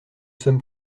sommes